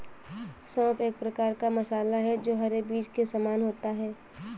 सौंफ एक प्रकार का मसाला है जो हरे बीज के समान होता है